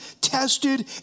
tested